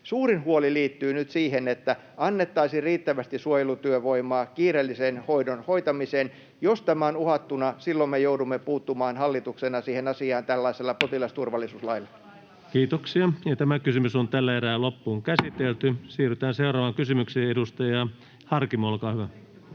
Suurin huoli liittyy nyt siihen, että annettaisiin riittävästi suojelutyövoimaa kiireellisen hoidon hoitamiseen. Jos tämä on uhattuna, silloin me joudumme hallituksena puuttumaan asiaan potilasturvallisuuslailla. Siirrytään seuraavaan kysymykseen. — Edustaja Harkimo, olkaa hyvä.